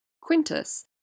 Quintus